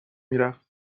میرفت